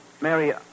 Mary